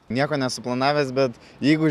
nieko nesuplanavęs bet jeigu